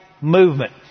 movement